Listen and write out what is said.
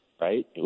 Right